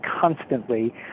constantly